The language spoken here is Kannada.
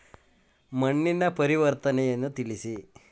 ಮಣ್ಣಿನ ಪರಿವರ್ತನೆಯನ್ನು ತಿಳಿಸಿ?